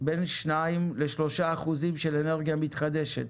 בין שניים לשלושה אחוזים של אנרגיה מתחדשת,